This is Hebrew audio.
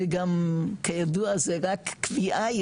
וגם כידוע זה רק קביעה,